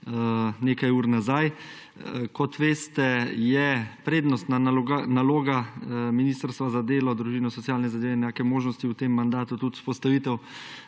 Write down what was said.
nekaj ur nazaj. Kot veste, je prednostna naloga Ministrstva za delo, družino, socialne zadeve in enake možnosti v tem mandatu tudi vzpostavitev